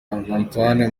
antoine